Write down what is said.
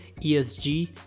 ESG